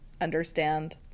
understand